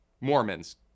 Mormons